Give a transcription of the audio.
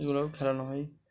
এগুলোও খেলানো হয়